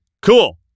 cool